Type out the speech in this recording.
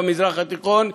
במזרח התיכון,